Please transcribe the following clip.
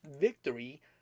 victory